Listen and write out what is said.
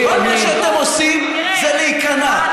התפקיד, כל מה שאתם עושים זה להיכנע.